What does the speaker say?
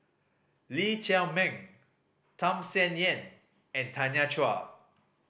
Lee Chiaw Meng Tham Sien Yen and Tanya Chua